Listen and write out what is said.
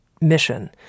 mission